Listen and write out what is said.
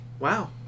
Wow